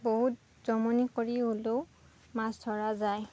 বহুত জমনি কৰি হ'লেও মাছ ধৰা যায়